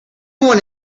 one